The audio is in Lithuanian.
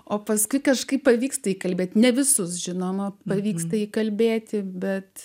o paskui kažkaip pavyks tai kalbėti ne visus žinoma pavyksta įkalbėti bet